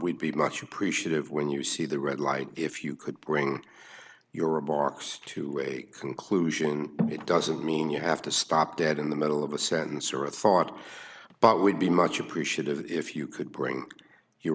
would be much appreciative when you see the red light if you could bring your remarks to a conclusion it doesn't mean you have to stop dead in the middle of a sentence or a thought but would be much appreciative if you could bring your